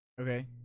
Okay